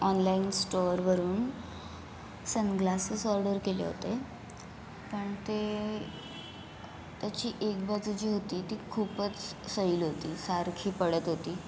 online स्टोअरवरून sunglasses order केले होते पण ते त्याची एक बाजू जी होती ती खूपच सैल होती सारखी पडत होती